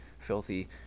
Filthy